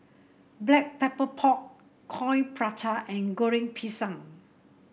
Black Pepper Pork Coin Prata and Goreng Pisang